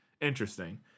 Interesting